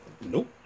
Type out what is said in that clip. Nope